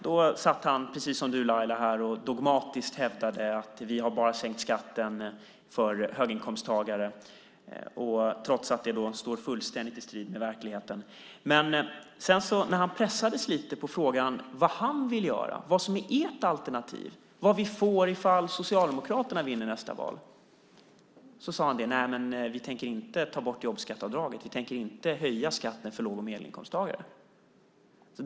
Då stod han här, precis som du, Laila, och hävdade dogmatiskt att vi bara har sänkt skatten för höginkomsttagare, trots att det står fullständigt i strid med verkligheten. Men när han pressades lite på frågan vad han vill göra, vad som är ert alternativ och vad vi får om Socialdemokraterna vinner nästa val sade han: Nej, vi tänker inte ta bort jobbskatteavdraget. Vi tänker inte höja skatten för låg och medelinkomsttagare.